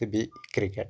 تہٕ بیٚیِہ کرکَٹ